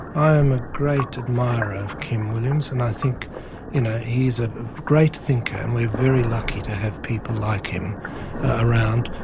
i am a great admirer of kim williams and i think you know he is a great thinker and we're very lucky to have people like him around,